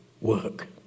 work